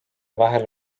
vahel